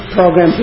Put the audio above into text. program